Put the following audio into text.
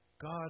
God